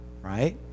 right